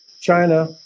China